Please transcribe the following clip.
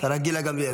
השרה גילה גמליאל.